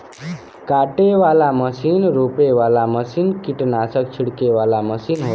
काटे वाला मसीन रोपे वाला मसीन कीट्नासक छिड़के वाला मसीन होला